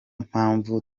mpamvu